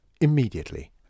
immediately